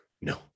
No